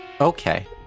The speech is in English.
Okay